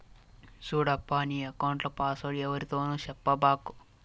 సూడప్పా, నీ ఎక్కౌంట్ల పాస్వర్డ్ ఎవ్వరితోనూ సెప్పబాకు